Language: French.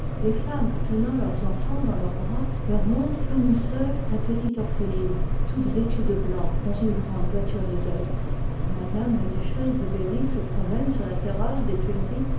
les femmes tenant leurs en fans dans leurs bras leur montrent comme une sœur la petite orpheline toute vêtue de blanc dans une grande voiture de deuil quand m la duchesse de berry se promène sur la terrasse des tuileries